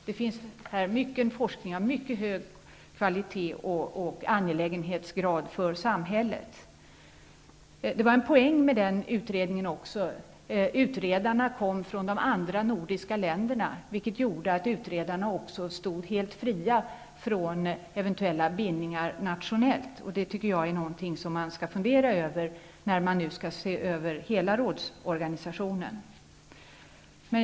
Det finns här mycken forskning av mycket hög kvalitet och angelägenhetsgrad för samhället. En poäng med denna utredning var att utredarna kom från de andra nordiska länderna, vilket gjorde att de stod helt fria från eventuella nationella bindningar. Det är något som jag tycker att man skall fundera över när nu hela forskningsrådsorganisationen skall ses över.